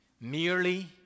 merely